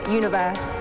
universe